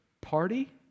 party